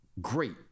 great